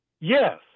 Yes